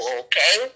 okay